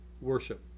worship